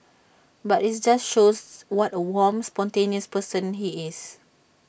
but IT just shows what A warm spontaneous person he is